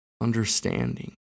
understanding